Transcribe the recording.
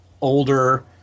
older